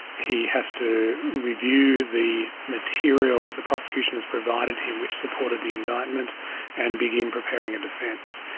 he has to review the material that the prosecution has provided him which supported the indictment and begin preparing a defence.